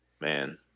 Man